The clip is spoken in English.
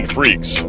Freaks